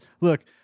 Look